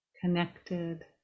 connected